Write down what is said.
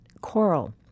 coral